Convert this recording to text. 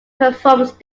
performance